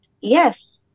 Yes